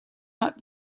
not